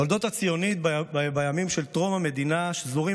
תולדות הציונות בימים של טרום המדינה שזורים